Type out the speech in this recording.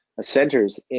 Centers